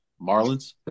Marlins